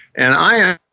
and i am